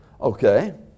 Okay